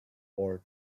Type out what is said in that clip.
for